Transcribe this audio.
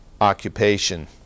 occupation